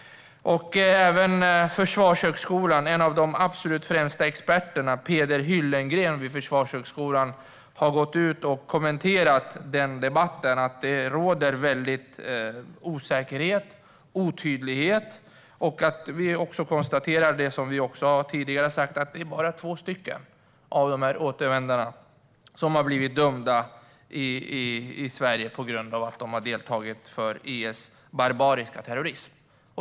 Även en av de allra främsta experterna, Peder Hyllengren vid Försvarshögskolan, har gått ut och kommenterat debatten och sagt att det råder stor osäkerhet och otydlighet. Vi har också återigen konstaterat att det bara är två av dessa återvändare som har blivit dömda i Sverige för deltagande i IS barbariska terrorism.